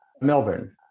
Melbourne